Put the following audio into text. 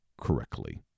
correctly